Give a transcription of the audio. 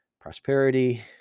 prosperity